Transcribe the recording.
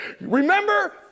Remember